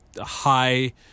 high